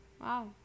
Wow